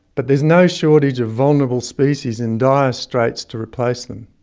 but there is no shortage of vulnerable species in dire straits to replace them.